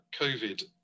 Covid